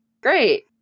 Great